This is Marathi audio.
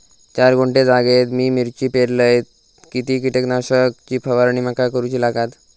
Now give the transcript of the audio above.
चार गुंठे जागेत मी मिरची पेरलय किती कीटक नाशक ची फवारणी माका करूची लागात?